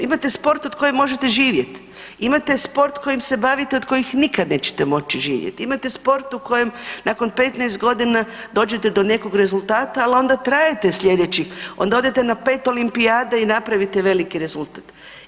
Imate sport od kojeg možete živjet, imate sport kojim se bavite od kojeg nikad nećete moći živjeti, imate sport u kojem nakon 15 godina dođete do nekog rezultata, ali onda trajete sljedeći, onda odete na pet olimpijada i napravite veliki rezultat.